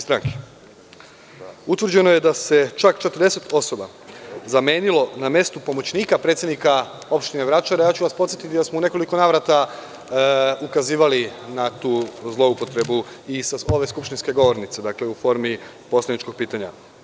Utvrđeno je da se čak 40 osoba zamenilo na mestu pomoćnika predsednika opštine Vračar, a ja ću vas podsetiti da smo u nekoliko navrata ukazivali na tu zloupotrebu i sa ove skupštinske govornice, u formi poslaničkog pitanja.